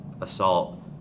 Assault